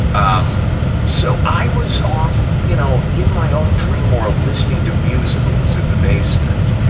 um so, i was off, you know, in my own dream world, listening to musicals in the basement,